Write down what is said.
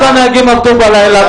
כל הנהגים עבדו בלילה,